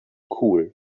cool